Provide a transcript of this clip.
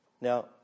Now